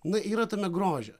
na yra tame grožio